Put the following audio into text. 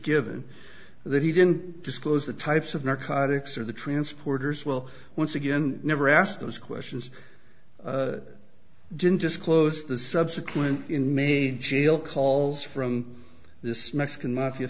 given that he didn't disclose the types of narcotics or the transporters well once again never asked those questions didn't disclose the subsequent in may jail calls from this mexican mafia